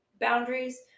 boundaries